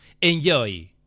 Enjoy